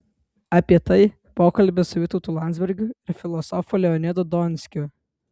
apie tai pokalbis su vytautu landsbergiu ir filosofu leonidu donskiu